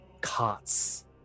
cots